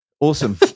Awesome